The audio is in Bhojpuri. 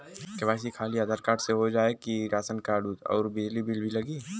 के.वाइ.सी खाली आधार कार्ड से हो जाए कि राशन कार्ड अउर बिजली बिल भी लगी?